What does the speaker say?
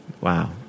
Wow